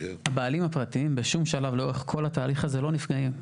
הבעלים הפרטיים בשום שלב לאורך כל התהליך הזה לא נפגעים.